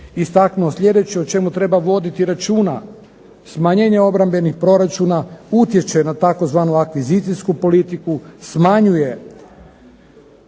istaknuo sljedeće o čemu treba voditi računa: smanjenje obrambenih proračuna utječe na tzv. akvizicijsku politiku, smanjuje